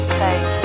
take